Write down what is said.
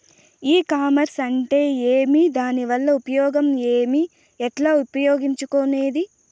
ఈ కామర్స్ అంటే ఏమి దానివల్ల ఉపయోగం ఏమి, ఎట్లా ఉపయోగించుకునేది?